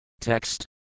Text